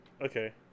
Okay